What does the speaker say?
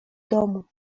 domu